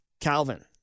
Calvin